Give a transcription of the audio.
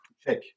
Check